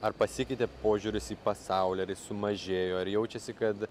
ar pasikeitė požiūris į pasaulį ar jis sumažėjo ar jaučiasi kad